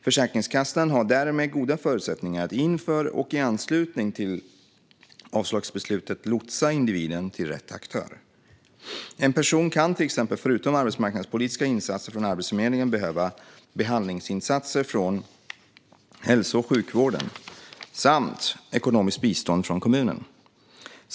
Försäkringskassan har därmed goda förutsättningar att inför och i anslutning till avslagsbeslutet lotsa individen till rätt aktör. En person kan till exempel, förutom arbetsmarknadspolitiska insatser från Arbetsförmedlingen, behöva behandlingsinsatser från hälso och sjukvården samt ekonomiskt bistånd från kommunen.